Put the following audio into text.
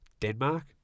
Denmark